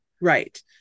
Right